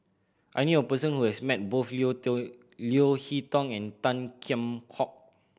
I knew a person who has met both Leo Leo Hee Tong and Tan Kheam Hock